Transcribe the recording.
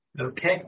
Okay